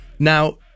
Now